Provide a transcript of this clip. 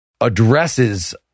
Addresses